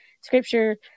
scripture